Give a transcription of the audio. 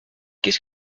que